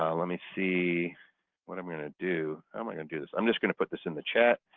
um let me see what i'm going to do. how am i going to do this? i'm just going to put this in the chat.